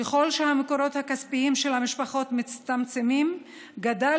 ככל שהמקורות הכספיים של המשפחות מצטמצמים גדל